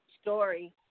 story